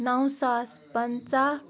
نَو ساس پَنٛژَہ